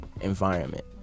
environment